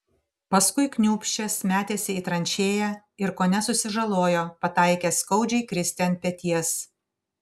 paskui kniūbsčias metėsi į tranšėją ir kone susižalojo pataikęs skaudžiai kristi ant peties